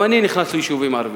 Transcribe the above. גם אני נכנס ליישובים ערביים.